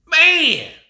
man